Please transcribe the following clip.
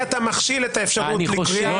בעיניי אתה מכשיל את האפשרות לקריאה